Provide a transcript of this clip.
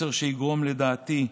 מסר שיגרום, לדעתי,